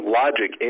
logic